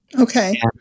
Okay